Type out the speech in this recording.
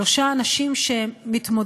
שלושה אנשים שמתמודדים,